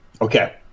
Okay